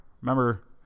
Remember